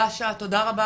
דאשה תודה רבה,